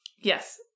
Yes